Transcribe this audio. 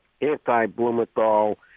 anti-Blumenthal